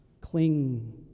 cling